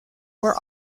were